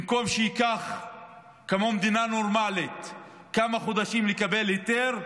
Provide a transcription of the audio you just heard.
במקום שייקח כמה חודשים לקבל היתר,